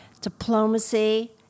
diplomacy